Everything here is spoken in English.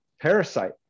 parasite